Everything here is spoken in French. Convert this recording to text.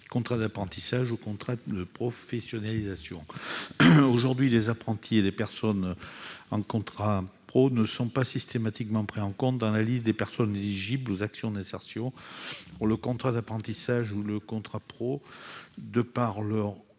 contrats d'apprentissage ou de contrats de professionnalisation. Aujourd'hui, les apprentis et les personnes en contrat de professionnalisation ne sont pas systématiquement pris en compte dans la liste des personnes éligibles aux actions d'insertion. Or le contrat d'apprentissage et le contrat de